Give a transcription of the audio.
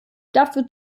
dafür